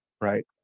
right